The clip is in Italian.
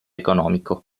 economico